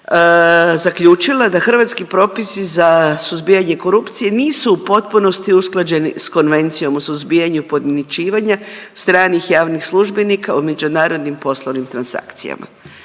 zaključila da hrvatski propisi za suzbijanje korupcije nisu u potpunosti usklađeni s Konvencijom o suzbijanju podmićivanja stranih javnih službenika u međunarodnim poslovnim transakcijama.